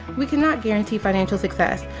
we cannot guarantee financial success.